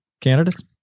candidates